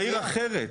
בעיר אחרת.